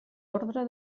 ordre